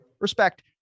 Respect